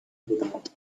without